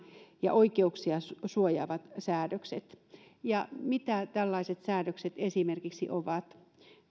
ja oikeuksia suojaavat säädökset mitä tällaiset säädökset esimerkiksi ovat ne